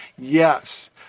yes